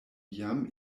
jam